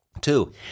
Two